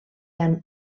han